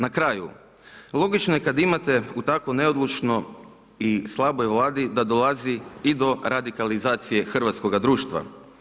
Na kraju, logično je kada imate u tako neodlučno i slaboj Vladi da dolazi i do radikalizacije hrvatskoga društva.